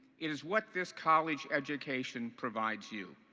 it is what this college education provides you.